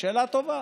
שאלה טובה.